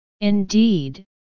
indeed